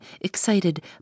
excited